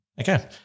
Okay